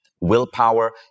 Willpower